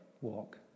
walk